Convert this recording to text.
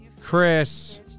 Chris